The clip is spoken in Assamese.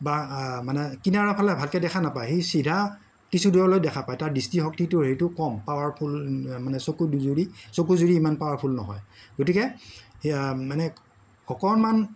বা মানে কিনাৰৰ ফালে ভালকে দেখা নাপায় সি চিধা কিছু দূৰলৈ দেখা পায় তাৰ দৃষ্টিশক্তি হেৰিটো কম পাৱাৰফুল মানে চকু দুজুৰি চকুজুৰি ইমান পাৱাৰফুল নহয় গতিকে মানে অকণমান